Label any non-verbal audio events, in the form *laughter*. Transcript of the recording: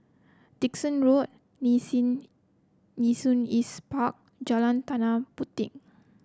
Dickson Road Nee *unintelligible* Nee Soon East Park Jalan Tanah Puteh